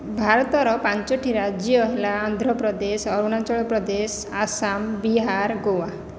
ଭାରତର ପାଞ୍ଚୋଟି ରାଜ୍ୟ ହେଲା ଆନ୍ଧ୍ରପ୍ରଦେଶ ଅରୁଣାଞ୍ଚଳ ପ୍ରଦେଶ ଆସାମ ବିହାର ଗୋଆ